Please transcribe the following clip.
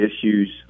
issues